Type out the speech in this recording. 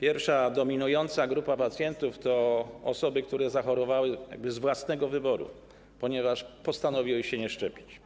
Pierwszą i dominującą grupę pacjentów stanowią osoby, które zachorowały poniekąd z własnego wyboru, ponieważ postanowiły się nie zaszczepić